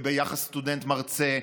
ביחס סטודנט מרצה,